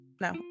No